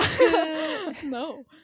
No